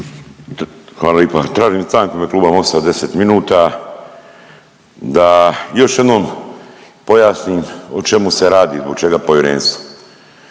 Hvala lipa. Tražim stanku u ime kluba Mosta 10 minuta da još jednom pojasnim o čemu se radi, zbog čega povjerenstvo.